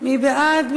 מי בעד?